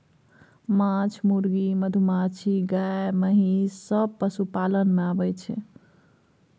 माछ, मुर्गी, मधुमाछी, गाय, महिष सब पशुपालन मे आबय छै